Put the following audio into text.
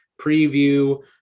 preview